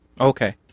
Okay